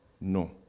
no